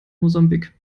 mosambik